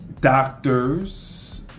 doctors